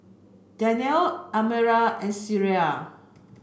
Danial Amirah and Syirah